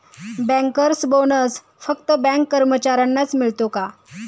Bankers bonus फक्त bank कर्मचाऱ्यांनाच मिळतो का?